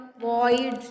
void